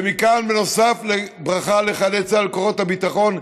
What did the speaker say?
ומכאן, בנוסף, ברכה לחיילי צה"ל ולכוחות הביטחון.